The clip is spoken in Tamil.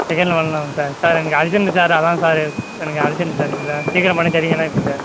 தட்கலில் வாங்கலாமா சார் சார் எனக்கு அர்ஜன்ட்டு சார் அதான் சார் எ எனக்கு அர்ஜ்ஜன்ட்டு சார் இது சீக்கிரம் பண்ணித்தர்றீங்களா எப்படி சார்